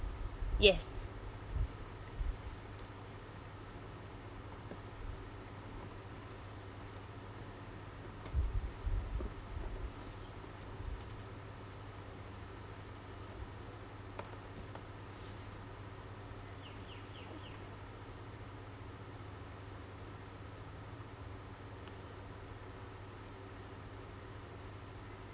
yes